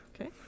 okay